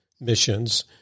missions